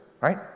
right